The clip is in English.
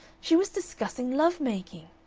she was discussing love-making.